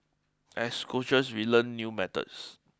as coaches we learn new methods